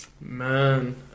Man